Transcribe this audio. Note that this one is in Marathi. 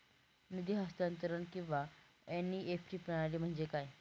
निधी हस्तांतरण किंवा एन.ई.एफ.टी प्रणाली म्हणजे काय?